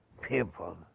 people